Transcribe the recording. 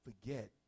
forget